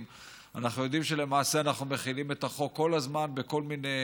אנחנו יודעים שלמעשה אנחנו מחילים את החוק כל הזמן בכל מיני